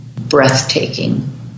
breathtaking